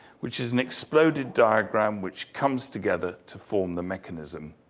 which is an exploded diagram which comes together to form the mechanism.